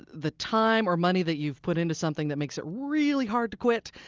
the time or money that you've put into something that makes it really hard to quit.